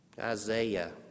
Isaiah